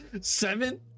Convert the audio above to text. seven